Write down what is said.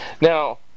Now